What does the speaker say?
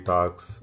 Talks